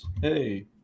Hey